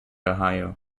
ohio